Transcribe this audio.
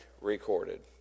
recorded